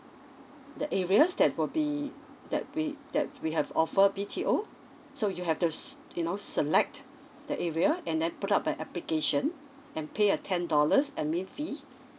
the areas that will be that we that we have offer B_T_O so you have the s~ you know select the area and then put up an application and pay a ten dollars admin fee